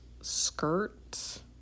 skirt